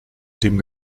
dem